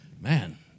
man